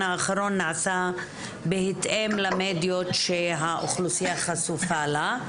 האחרון נעשה בהתאם למדיות שהאוכלוסיה חשופה להן.